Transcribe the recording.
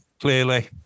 Clearly